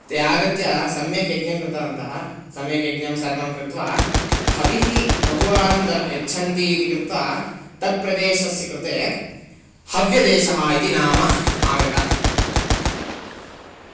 ते आगत्य सम्यक् यज्ञङ्कृतवन्तः सम्यक् यज्ञं सर्वं कृत्वा हविः बहुवारं द यच्छन्ति इति कृत्वा तत्प्रदेशस्य कृते हव्यदेशः इति नाम आगतम्